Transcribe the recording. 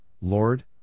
Lord